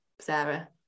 Sarah